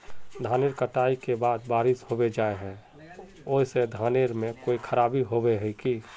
धानेर कटाई के बाद बारिश होबे जाए है ओ से धानेर में कोई खराबी होबे है की?